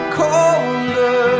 colder